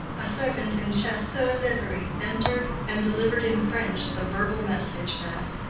a servant in chasseurs livery entered and delivered in french the verbal message that,